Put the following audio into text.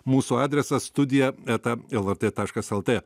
mūsų adresas studija eta lrt taškas lt